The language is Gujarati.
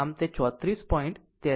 આમ તે 34 પોઇન્ટ r 63 છે